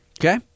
Okay